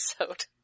episode